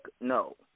no